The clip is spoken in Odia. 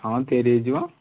ହଁ ତିଆରି ହେଇଯିବ